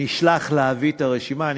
נשלח להביא את הרשימה.